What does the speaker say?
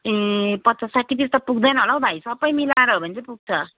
ए पचास साठी पिस त पुग्दैन होला है भाइ सबै मिलाएर हो भने चाहिँ पुग्छ